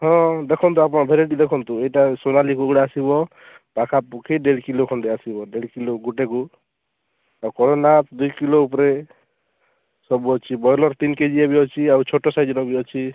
ହଁ ଦେଖନ୍ତୁ ଆପଣ ଭେରାଇଟି ଦେଖନ୍ତୁ ଏଇଟା ସୋନାଲି କୁକୁଡ଼ା ଆସିବ ପାଖା ପାଖି ଦେଢ଼ କିଲୋ ଖଣ୍ଡେ ଆସିବ ଦେଢ଼ କିଲୋ ଗୋଟେକୁ ଆଉ କଡ଼କନାଥ ଦୁଇ କିଲୋ ଉପରେ ସବୁ ଅଛି ବଏଲର୍ ତିନି କେଜି ଏବେ ଅଛି ଆଉ ଛୋଟ ସାଇଜ୍ର ବି ଅଛି